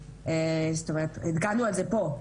זאת אומרת עדכנו על זה פה.